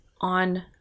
on